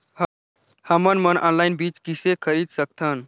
हमन मन ऑनलाइन बीज किसे खरीद सकथन?